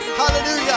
hallelujah